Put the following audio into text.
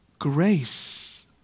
Grace